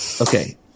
Okay